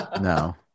no